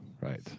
right